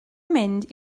mynd